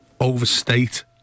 overstate